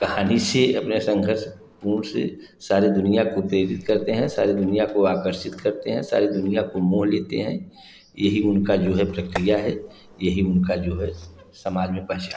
कहानी से अपने संघर्षपूर्ण से सारे दुनिया को उत्तेजित करते हैं सारी दुनिया को आकर्षित करते हैं सारी दुनिया को मोह लेते हैं यही उनका जो है प्रक्रिया है यह ही उनका जो है समाज में पहचान है